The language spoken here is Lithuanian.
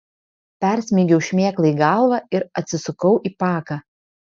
persmeigiau šmėklai galvą ir atsisukau į paką